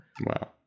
Wow